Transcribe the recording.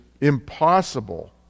impossible